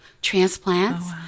Transplants